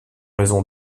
raison